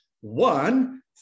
One